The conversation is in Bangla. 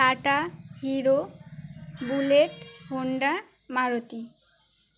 tata Hero Bullet Honda Maruti